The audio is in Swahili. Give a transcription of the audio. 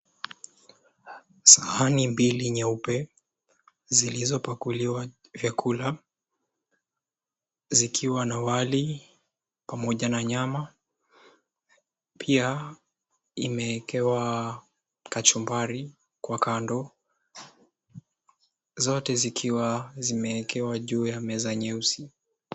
Sahani mbili nyeupe zilizopakuliwa vyakula zikiwa na wali pamoja na nyama. Pia imewekwa kachumbari kwa kando. Zote zikiwa zimewekwa juu ya meza nyeusi.